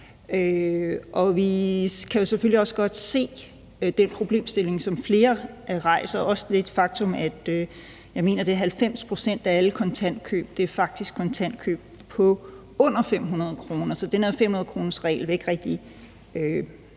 vi kan jo selvfølgelig også godt se den problemstilling, som flere rejser, og også det faktum, at 90 pct., mener jeg det er, af alle kontantkøb faktisk er kontantkøb på under 500 kr. Så den her 500-kroneregel